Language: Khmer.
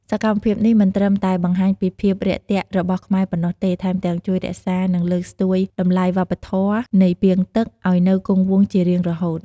សកម្មភាពនេះមិនត្រឹមតែបង្ហាញពីភាពរាក់ទាក់របស់ខ្មែរប៉ុណ្ណោះទេ ថែមទាំងជួយរក្សា និងលើកស្ទួយតម្លៃវប្បធម៌នៃ ពាងទឹក ឲ្យនៅគង់វង្សជារៀងរហូត។